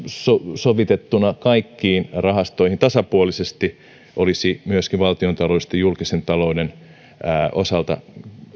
sovitettuna kaikkiin rahastoihin tasapuolisesti olisi myöskin valtiontaloudellisesti julkisen talouden osalta